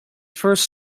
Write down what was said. first